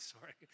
sorry